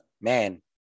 man